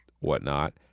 whatnot